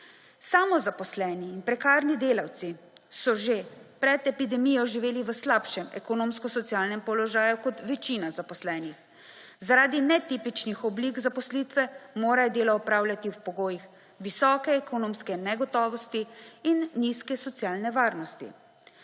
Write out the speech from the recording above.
Samozaposleni in prekarni delavci so že pred epidemijo živeli v slabšem ekonomsko socialnem položaju kot večina zaposlenih. Zaradi netipičnih oblik zaposlitve morajo delo opravljati v pogojih visoke ekonomske negotovosti in nizke socialne varnosti.